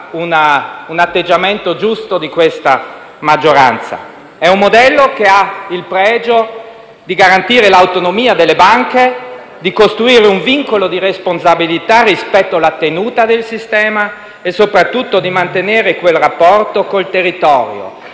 un atteggiamento giusto dell'attuale maggioranza. È un modello che ha il pregio di garantire l'autonomia delle banche, di costruire un vincolo di responsabilità rispetto alla tenuta del sistema e, soprattutto, di mantenere quel rapporto con il territorio